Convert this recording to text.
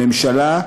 הממשלה,